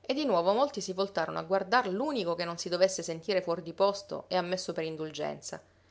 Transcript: e di nuovo molti si voltarono a guardar l'unico che non si dovesse sentire fuor di posto e ammesso per indulgenza